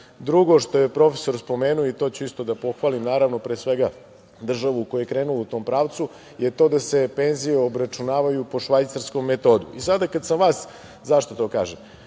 što je prof. spomenuo, i to ću isto da pohvalim, naravno, pre svega državu koja je krenula u tom pravcu, je to da se penzije obračunavaju po švajcarskom metodu. Zašto to kažem,